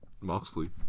Moxley